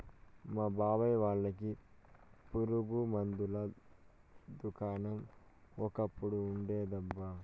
మా బాబాయ్ వాళ్ళకి పురుగు మందుల దుకాణం ఒకప్పుడు ఉండేదబ్బా